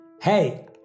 Hey